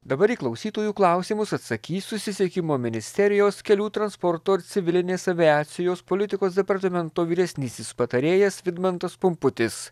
dabar į klausytojų klausimus atsakys susisiekimo ministerijos kelių transporto ir civilinės aviacijos politikos departamento vyresnysis patarėjas vidmantas pumputis